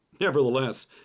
Nevertheless